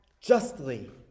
justly